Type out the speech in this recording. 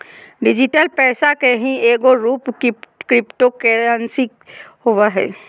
digital पैसा के ही एगो रूप क्रिप्टो करेंसी होवो हइ